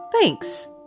Thanks